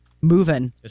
moving